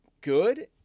good